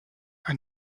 ein